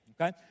okay